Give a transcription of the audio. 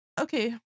okay